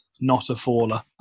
not-a-faller